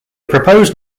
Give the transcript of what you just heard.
proposed